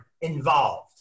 involved